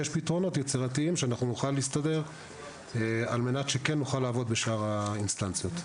יש פתרונות יצירתיים שנוכל להסתדר כדי שנוכל לעבוד בשאר האינסטנציות.